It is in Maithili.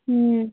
हूँ